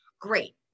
Great